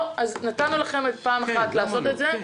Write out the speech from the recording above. נתנו לכם פעם אחת לעשות את זה,